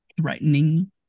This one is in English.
threatening